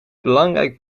belangrijk